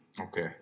Okay